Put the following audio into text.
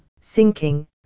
sinking